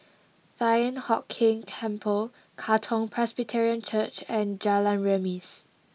Thian Hock Keng Temple Katong Presbyterian Church and Jalan Remis